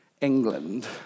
England